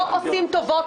לא עושים טובות,